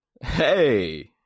Hey